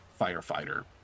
firefighter